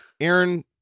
Aaron